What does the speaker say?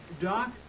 Doc